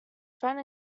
friend